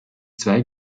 zwei